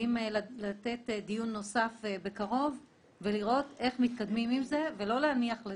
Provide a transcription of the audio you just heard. לעשות דיון נוסף בקרוב ולראות איך מתקדמים עם זה ולא להניח לזה.